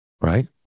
Right